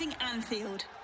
Anfield